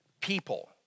People